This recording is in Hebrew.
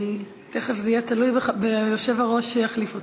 תכף זה יהיה תלוי ביושב-ראש שיחליף אותי.